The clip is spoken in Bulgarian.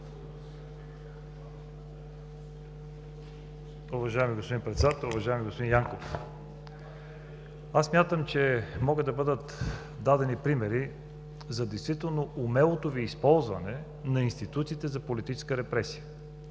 Уважаеми господин Председател! Уважаеми господин Янков, аз смятам, че могат да бъдат дадени примери за действително умелото Ви използване на институтите за политическа репресия